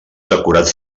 decorats